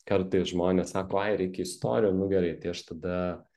kartais žmonės sako ai reikia istorijų nu gerai tai aš tada